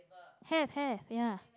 have have ya